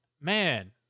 man